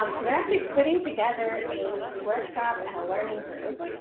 um so they're actually putting together a workshop and a learning group,